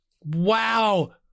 Wow